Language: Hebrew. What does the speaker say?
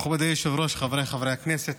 מכובדי היושב-ראש, חבריי חברי הכנסת,